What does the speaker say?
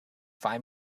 find